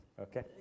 Okay